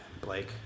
Blake